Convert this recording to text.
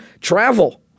Travel